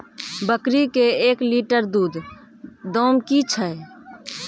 बकरी के एक लिटर दूध दाम कि छ?